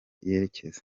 yerekeza